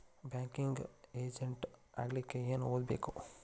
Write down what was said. Banking agent ಆಗ್ಲಿಕ್ಕೆ ಏನ್ ಓದ್ಬೇಕು?